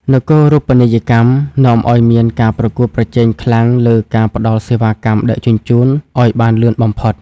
នគរូបនីយកម្មនាំឱ្យមានការប្រកួតប្រជែងខ្លាំងលើ "ការផ្ដល់សេវាកម្មដឹកជញ្ជូនឱ្យបានលឿនបំផុត" ។